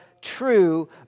true